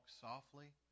softly